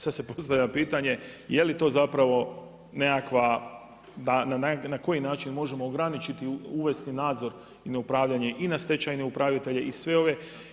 Sad se postavlja pitanje, je li to zapravo nekakva na koji način možemo ograničiti, uvesti nadzor na upravljanje i na stečajne upravitelje i sve ove.